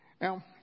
Now